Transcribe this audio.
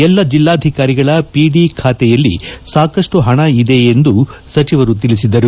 ಎಲ್ಲಾ ಜಿಲ್ಲಾಧಿಕಾರಿಗಳ ಪಿಡಿ ಖಾತೆಯಲ್ಲಿ ಸಾಕಷ್ಟು ಹಣ ಇದೆಯೆಂದು ಸಚಿವರು ತಿಳಿಸಿದರು